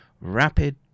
rapid